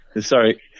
Sorry